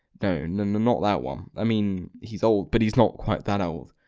no, not that one i mean he's old, but he's not quite that old.